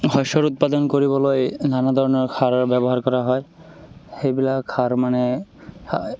শস্যৰ উৎপাদন কৰিবলৈ নানা ধৰণৰ সাৰ ব্যৱহাৰ কৰা হয় সেইবিলাক সাৰ মানে